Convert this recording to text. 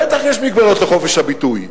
בטח יש מגבלות לחופש הביטוי.